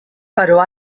però